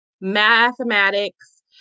mathematics